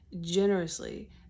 generously